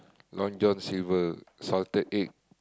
Long-John-Silver salted egg